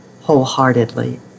wholeheartedly